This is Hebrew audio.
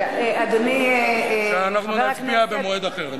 אנחנו נצביע במועד אחר.